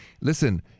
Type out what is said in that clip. Listen